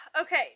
okay